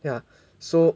ya so